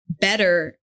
better